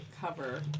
cover